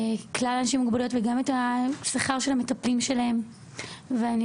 של כלל האנשים עם המוגבלויות וגם למטפלים והשכר שלהם